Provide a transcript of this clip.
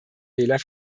wähler